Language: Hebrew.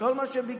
זה כל מה שביקשתי.